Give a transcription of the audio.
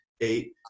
eight